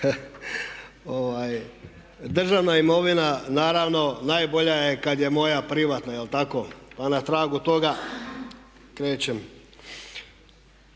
Državna imovina naravno najbolja je kada je moja privatna, jel tako? Pa na tragu toga krećem.